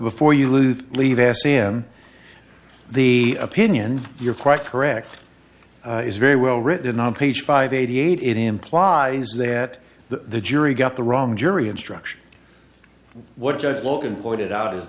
before you lose leave s c m the opinion you're quite correct is very well written on page five eighty eight it implies that the jury got the wrong jury instruction what judge logan pointed out